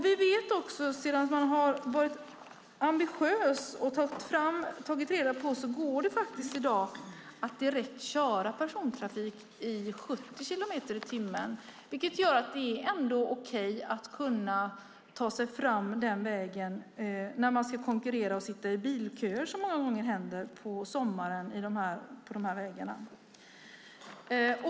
Vi vet också, eftersom man har varit ambitiös och tagit reda på det, att det faktiskt i dag går att direkt köra persontrafik i 70 kilometer i timmen, vilket gör att det ändå är okej att kunna ta sig fram den vägen när man ska konkurrera med att sitta i bilköer, som många gånger händer på sommaren på de här vägarna.